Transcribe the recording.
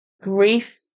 grief